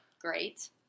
great